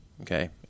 Okay